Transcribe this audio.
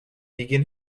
begin